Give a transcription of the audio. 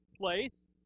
place